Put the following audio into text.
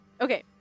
Okay